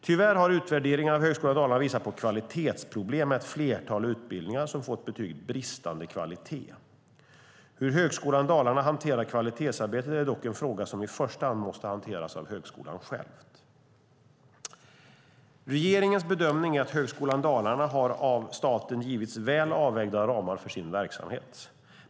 Tyvärr har utvärderingen av Högskolan Dalarna visat på kvalitetsproblem med ett flertal utbildningar som fått betyget "bristande kvalitet". Hur Högskolan Dalarna hanterar kvalitetsarbetet är dock en fråga som i första hand måste hanteras av högskolan själv. Regeringens bedömning är att Högskolan Dalarna har av staten givits väl avvägda ramar för sin verksamhet.